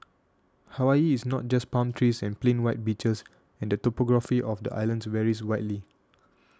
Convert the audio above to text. Hawaii is not just palm trees and plain white beaches and the topography of the islands varies widely